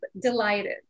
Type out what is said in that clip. delighted